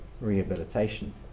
rehabilitation